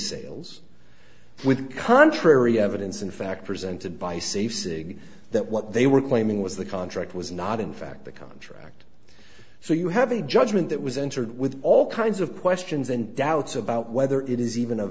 sales with contrary evidence in fact presented by safe saying that what they were claiming was the contract was not in fact the contract so you have a judgment that was entered with all kinds of questions and doubts about whether it is even a